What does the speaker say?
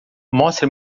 mostre